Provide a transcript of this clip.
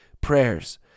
prayers